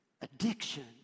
addiction